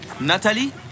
Nathalie